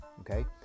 Okay